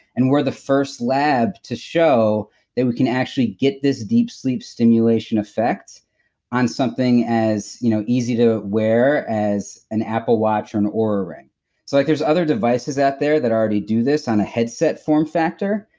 and we're the first lab to show that we can actually get this deep sleep stimulation effect on something as you know easy to wear as an apple watch or an oura ring so, like there's other devices out there that already do this on a headset form factor,